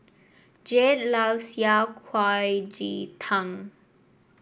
Jared loves Yao Cai Ji Tang